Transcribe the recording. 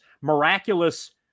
miraculous